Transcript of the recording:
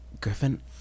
Griffin